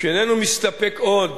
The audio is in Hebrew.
שאיננו מסתפק עוד